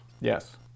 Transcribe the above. Yes